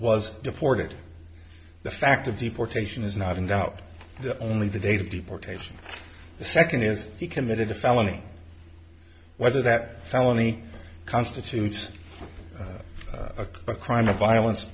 was deported the fact of deportation is not in doubt the only the date of deportation the second is he committed a felony whether that felony constitutes a crime of violence